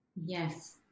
Yes